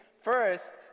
first